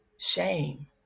shame